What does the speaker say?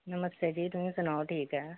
ਨਮਸਤੇ ਜੀ ਤੁਸੀਂ ਸੁਣਾਓ ਠੀਕ ਹੈ